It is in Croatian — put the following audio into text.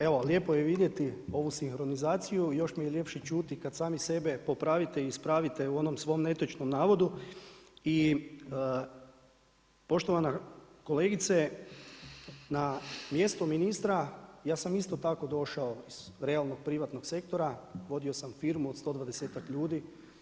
Evo lijepo je vidjeti ovu sinkronizaciju, još mi je ljepše čuti kad sami sebe popravite, ispravite, u onom svom netočnom navodu i poštovana kolegice, na mjesto ministra, ja sam isto tako došao iz realnog privatnog sektora, vodio sam firmu od 120 ljudi.